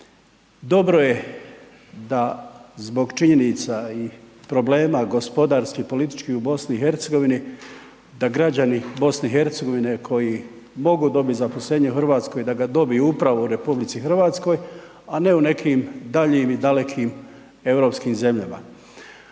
Dobro je da zbog činjenica i problema gospodarskih i političkih u BiH da građani BiH koji mogu dobit zaposlenje u RH da ga dobiju upravo u RH, a ne u nekim daljim i dalekim europskim zemljama.